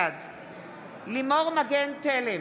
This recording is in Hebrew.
בעד לימור מגן תלם,